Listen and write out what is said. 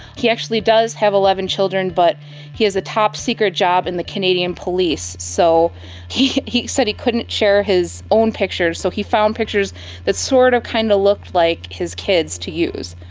he actually does have eleven children but he has a top-secret job in the canadian police, so he he said he couldn't share his own pictures so he found pictures that sort of kind of looked like his kids to use.